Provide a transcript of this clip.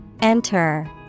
Enter